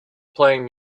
playing